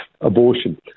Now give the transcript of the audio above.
abortion